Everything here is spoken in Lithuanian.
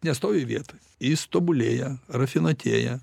nestovi vietoj jis tobulėja rafinuotėja